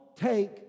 take